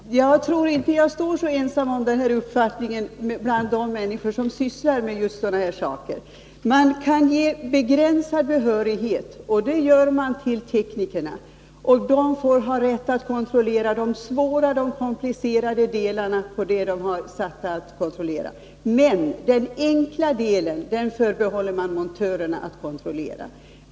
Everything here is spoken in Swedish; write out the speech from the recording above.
Herr talman! Jag tror inte att jag är så ensam om den uppfattningen bland sslar med sådana här saker. Man kan ge begränsad behörighet till teknikerna, och det gör man. De får rätt att kontrollera de svårare, komplicerade delarna. Men den enklare delen låter man montörerna kontrollera.